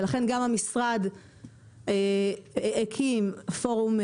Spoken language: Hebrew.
ולכן גם המשרד הקים פורום,